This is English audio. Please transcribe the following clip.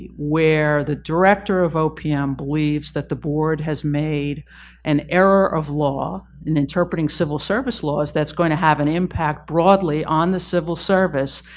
where the director of opm believes that the board has made an error of law in interpreting civil service laws that's going to have an impact broadly on the civil service,